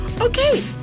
okay